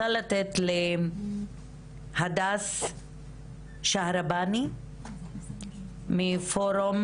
הדס שהרבני מפורום